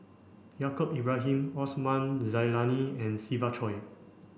Yaacob Ibrahim Osman Zailani and Siva Choy